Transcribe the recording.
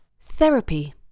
Therapy